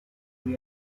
lui